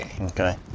Okay